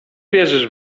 wierzysz